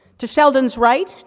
to sheldon's right,